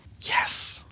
Yes